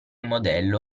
modello